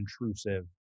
intrusive